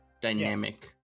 dynamic